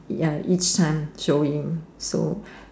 ya each time showing so